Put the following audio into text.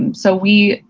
um so we,